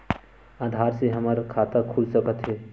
आधार से हमर खाता खुल सकत हे?